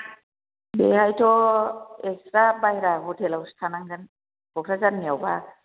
बेहायथ एकस्रा बायह्रा हतेलआवसो थानांगोन क'क्राझारनियाव बा